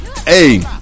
Hey